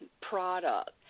product